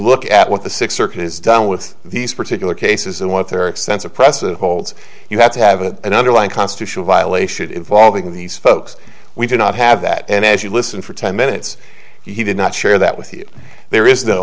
look at what the sixth circuit has done with these particular cases and what their extensive precedent holds you have to have an underlying constitutional violation involving these folks we do not have that and as you listen for ten minutes he did not share that with you there is no